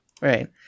Right